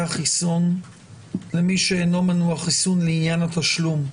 החיסון למי שאינו מנוע חיסון לעניין התשלום?